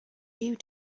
you